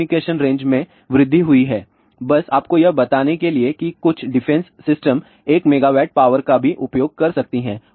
communication range में वृद्धि हुई है बस आपको यह बताने के लिए कि कुछ डिफेंस सिस्टम 1 मेगावाट पावर का भी उपयोग कर सकती है